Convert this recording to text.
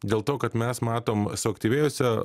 dėl to kad mes matom suaktyvėjusią